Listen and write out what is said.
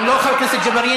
גם לא חבר כנסת ג'בארין,